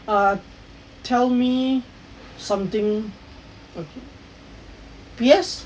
err tell me something P_S